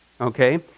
Okay